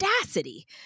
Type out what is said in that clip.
audacity